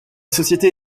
société